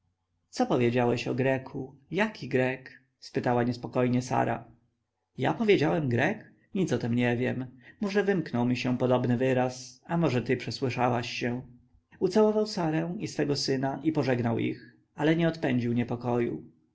co powiedziałeś o greku jaki grek spytała niespokojnie sara ja powiedziałem grek nic o tem nie wiem może wymknął mi się podobny wyraz a może ty przesłyszałaś się ucałował sarę i swego syna i pożegnał ich ale nie odpędził niepokoju